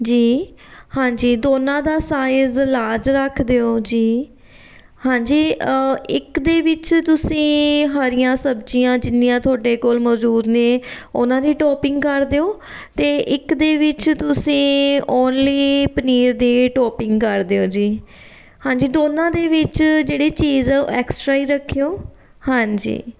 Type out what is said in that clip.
ਜੀ ਹਾਂਜੀ ਦੋਨਾਂ ਦਾ ਸਾਇਜ਼ ਲਾਰਜ ਰੱਖ ਦਿਓ ਜੀ ਹਾਂਜੀ ਇੱਕ ਦੇ ਵਿੱਚ ਤੁਸੀਂ ਹਰੀਆਂ ਸਬਜ਼ੀਆਂ ਜਿੰਨੀਆਂ ਤੁਹਾਡੇ ਕੋਲ ਮੌਜੂਦ ਨੇ ਉਹਨਾਂ ਦੀ ਟੋਪਿੰਗ ਕਰ ਦਿਓ ਅਤੇ ਇੱਕ ਦੇ ਵਿੱਚ ਤੁਸੀਂ ਓਨਲੀ ਪਨੀਰ ਦੀ ਟੋਪਿੰਗ ਕਰ ਦਿਓ ਜੀ ਹਾਂਜੀ ਦੋਨਾਂ ਦੇ ਵਿੱਚ ਜਿਹੜੇ ਚੀਜ਼ ਹੈ ਉਹ ਐਕਸਟਰਾ ਹੀ ਰੱਖਿਓ ਹਾਂਜੀ